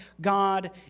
God